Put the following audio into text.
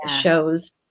shows